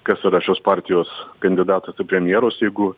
kad sąrašus partijos kandidatų į premjerus jeigu